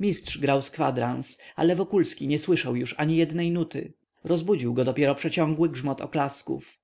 mistrz grał z kwadrans ale wokulski nie słyszał już ani jednej nuty rozbudził go dopiero przeciągły grzmot oklasków